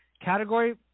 category